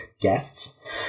guests